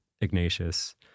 Ignatius